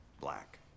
Black